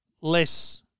less